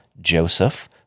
Joseph